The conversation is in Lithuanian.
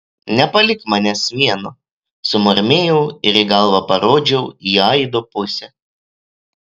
nepalik manęs vieno sumurmėjau ir galva parodžiau į aido pusę